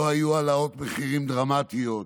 לא היו העלאות מחירים דרמטיות,